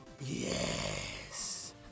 Yes